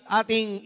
ating